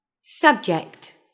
Subject